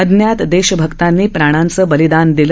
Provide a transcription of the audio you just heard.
अज्ञात देशभक्तांनी प्राणांचं बलिदान दिलं